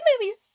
movie's